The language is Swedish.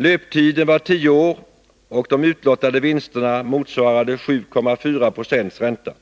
Löptiden var tio år och de utlottade vinsterna motsvarade 7,4 90 ränta.